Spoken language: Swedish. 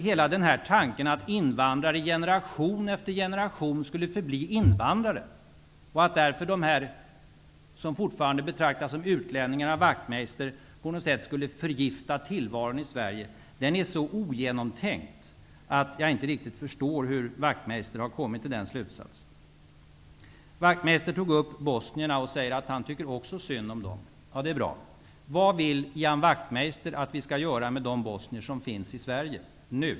Hela den här tanken att invandrare i generation efter generation skulle förbli invandrare, och att därför de som fortfarande betraktas som utlänningar av Wachtmeister på något sätt skulle förgifta tillvaron i Sverige, är så ogenomtänkt att jag inte riktigt förstår hur Wachtmeister har kommit till den slutsatsen. Ian Wachtmeister tog upp bosnierna och sade att han också tycker synd om dem. Det är bra. Vad vill Ian Wachtmeister att vi skall göra med de bosnier som finns i Sverige nu?